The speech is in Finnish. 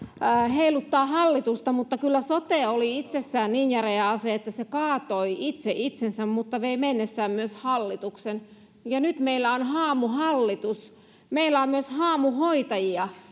heiluttaa hallitusta mutta kyllä sote oli itsessään niin järeä ase että se kaatoi itse itsensä mutta vei mennessään myös hallituksen ja nyt meillä on haamuhallitus meillä on myös haamuhoitajia